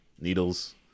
needles